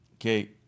Okay